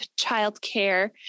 childcare